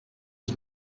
was